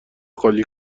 خالی